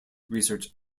research